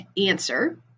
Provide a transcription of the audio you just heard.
answer